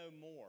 more